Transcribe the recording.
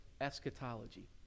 eschatology